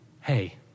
Hey